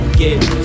get